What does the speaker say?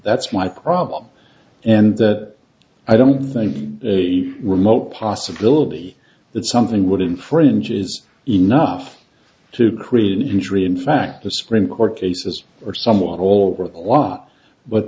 that's why problem and that i don't think the remote possibility that something would infringe is enough to create an injury in fact the supreme court cases are somewhat all worth a lot but